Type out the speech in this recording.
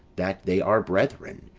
that they are brethren,